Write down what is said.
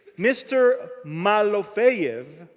mr. malofeyev,